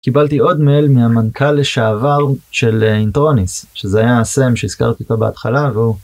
קיבלתי עוד מיל מהמנכל לשעבר של intronis, שזה היה sam שהזכרתי אותה בהתחלה והוא...